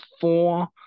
four